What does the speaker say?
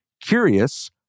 curious